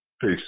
Peace